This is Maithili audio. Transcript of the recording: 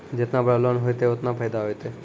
जेतना बड़ो लोन होतए ओतना फैदा होतए